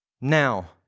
Now